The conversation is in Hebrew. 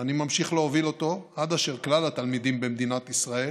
ואני ממשיך להוביל אותו עד אשר כלל התלמידים במדינת ישראל